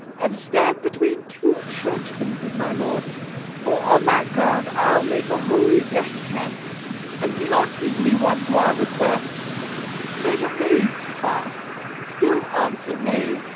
and stand between two churchmen, good my lord for on that ground i'll make a holy descant and be not easily won to our requests play the maid's part still answer nay,